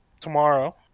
tomorrow